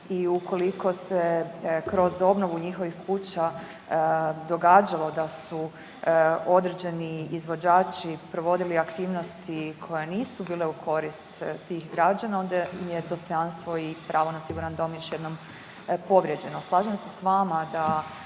i ukoliko se kroz obnovu njihovih kuća događalo da su određeni izvođači provodili aktivnosti koje nisu bile u korist tih građana onda im je dostojanstvo i pravo na siguran dom još jednom povrijeđeno. Slažem se s vama da